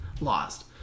lost